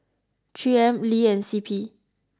three M Lee and C P